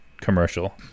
commercial